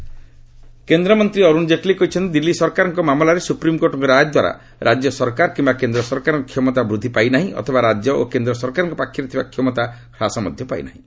ଜେଟଲୀ କେନ୍ଦ୍ରମନ୍ତ୍ରୀ ଅରୁଣ ଜେଟଲୀ କହିଛନ୍ତି ଦିଲ୍ଲୀ ସରକାରଙ୍କ ମାମଲାରେ ସ୍ରପ୍ରିମ୍କୋର୍ଟଙ୍କ ରାୟ ଦ୍ୱାରା ରାଜ୍ୟ ସରକାର କିମ୍ବା କେନ୍ଦ୍ର ସରକାରଙ୍କର କ୍ଷମତା ବୃଦ୍ଧି ପାଇ ନାହିଁ ଅଥବା ରାଜ୍ୟ ଓ କେନ୍ଦ୍ର ସରକାରଙ୍କ ପାଖରେ ଥିବା କ୍ଷମତା ହ୍ରାସ ମଧ୍ୟ ପାଇ ନାହିଁ